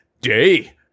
Day